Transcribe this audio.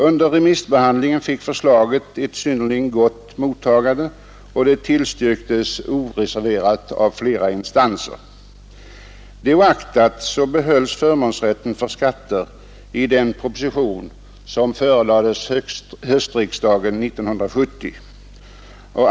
Under remissbehandlingen fick förslaget ett synnerligen gott mottagande och tillstyrktes oreserverat av flera instanser. Det oaktat behölls förmånsrätten för skatter i den proposition som förelades höstriksdagen 1970.